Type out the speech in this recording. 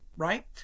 right